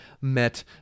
met